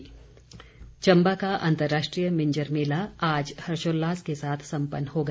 मिंजर मेला चम्बा का अंतर्राष्ट्रीय मिंजर मेला आज हर्षोल्लास के साथ संपन्न हो गया